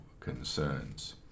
Concerns